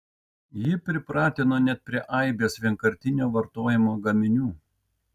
ji pripratino net prie aibės vienkartinio vartojimo gaminių